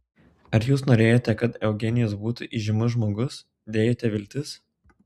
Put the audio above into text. ar jūs norėjote kad eugenijus būtų įžymus žmogus dėjote viltis